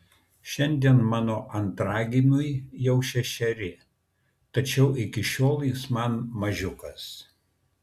šiandien mano antragimiui jau šešeri tačiau iki šiol jis man mažiukas